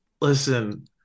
listen